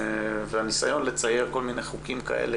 הניסיון לצייר כל מיני חוקים כאלה,